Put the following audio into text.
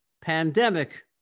pandemic